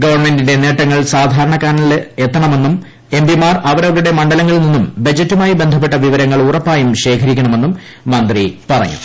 ഗവണ്മെന്റിന്റെ നേട്ടങ്ങൾ സാധാരണക്കാരനിലെത്തണമെന്നും എം പിമാർ അവരവരുടെ മണ്ഡലങ്ങളിൽ നിന്നും ബജറ്റുമായി ബന്ധപ്പെട്ട വിവരങ്ങൾ ഉറപ്പായും ശേഖരിക്കണമെന്നും മന്ത്രി പറഞ്ഞു